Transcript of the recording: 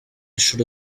should